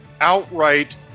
outright